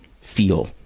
feel